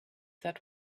that